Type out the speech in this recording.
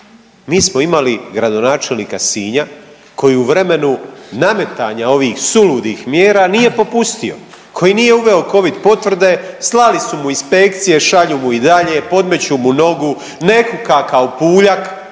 Mi smo imali gradonačelnika Sinja koji je u vremenu nametanja ovih suludih mjera nije popustio, koji nije uveo Covid potvrde, slali su mu inspekcije, šalju mu i dalje, podmeću mu nogu, ne kuka kao Puljak,